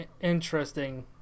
interesting